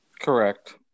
Correct